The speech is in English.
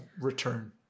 return